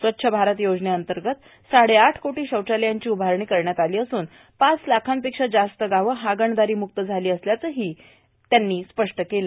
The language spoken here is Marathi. स्वच्छ भारत योजनेंतर्गत साडेआठ कोटी शौचालयांची उभारणी करण्यात आली असून पाच लाखांपेक्षा जास्त गावं हागणदारीमुक्त झाली असल्याचंही त्यांनी स्पष्ट केलं